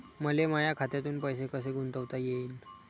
मले माया खात्यातून पैसे कसे गुंतवता येईन?